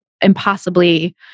impossibly